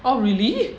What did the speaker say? oh really